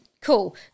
Cool